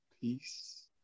Peace